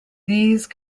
these